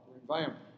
environment